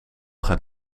gaat